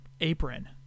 apron